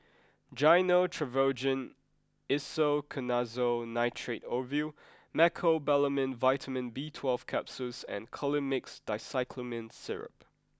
Gyno Travogen Isoconazole Nitrate Ovule Mecobalamin Vitamin B Twelve Capsules and Colimix Dicyclomine Syrup